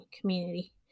community